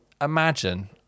imagine